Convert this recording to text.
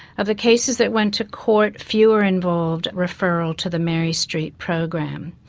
of the cases that went to court fewer involved referral to the mary street program.